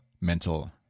mental